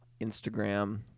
Instagram